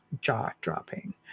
jaw-dropping